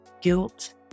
guilt